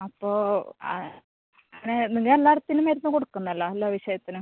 അപ്പോൾ ആ അങ്ങനെ നിങ്ങൾ എല്ലാ ഇടത്തിലും മരുന്ന് കൊടുക്കുന്നല്ലോ എല്ലാ വിഷയത്തിനും